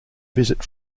visit